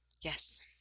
Yes